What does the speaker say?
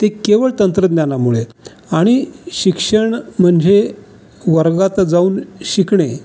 ते केवळ तंत्रज्ञानामुळे आणि शिक्षण म्हणजे वर्गात जाऊन शिकणे